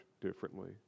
differently